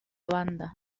banda